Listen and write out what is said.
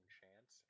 chance